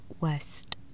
West